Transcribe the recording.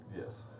Yes